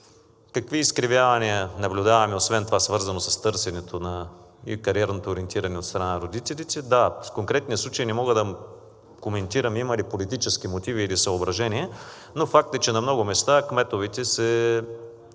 Какви изкривявания наблюдаваме освен това, свързано с търсенето и кариерното ориентиране от страна на родителите? Да, в конкретния случай не мога да коментирам има ли политически мотиви или съображения, но факт е, че на много места кметовете не